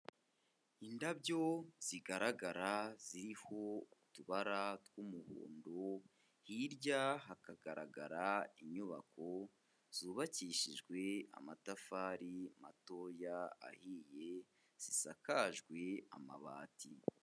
Indabyo zigaragara ziriho utubara tw'umuhondo, hirya hakagaragara inyubako zubakishijwe amatafari matoya ahiye, zisakajwe amabati.